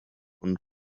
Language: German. und